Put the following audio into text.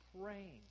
praying